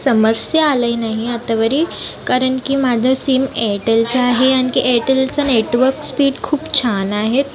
समस्या आले नाही आतावरी कारण की माझं सिम एअरटेलचा आहे आणखी एअरटेलचा नेटवर्क स्पीड खूप छान आहेत